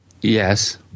Yes